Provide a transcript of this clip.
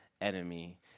enemy